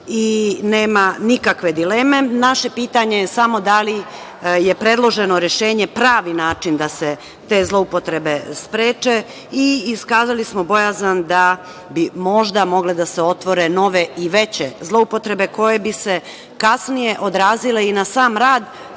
i nema nikakve dileme. Naše pitanje je samo – da li je predloženo rešenje pravi način da se te zloupotrebe spreče? I iskazali smo bojazan da bi možda mogle da se otvore nove i veće zloupotrebe koje bi se kasnije odrazile i na sam rad Saveta